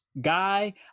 guy